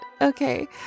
okay